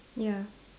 ya